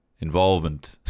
involvement